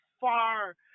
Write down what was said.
far